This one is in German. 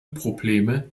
probleme